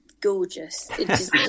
gorgeous